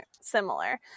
similar